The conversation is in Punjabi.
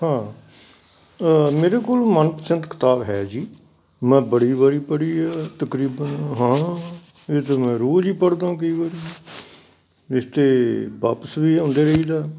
ਹਾਂ ਮੇਰੇ ਕੋਲ ਮਨਪਸੰਦ ਕਿਤਾਬ ਹੈ ਜੀ ਮੈਂ ਬੜੀ ਵਾਰੀ ਪੜ੍ਹੀ ਤਕਰੀਬਨ ਹਾਂ ਇਹ ਤਾਂ ਮੈਂ ਰੋਜ਼ ਹੀ ਪੜ੍ਹਦਾ ਕਈ ਵਾਰੀ ਇਸ 'ਤੇ ਵਾਪਸ ਵੀ ਆਉਂਦੇ ਰਹੀਦਾ